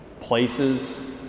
places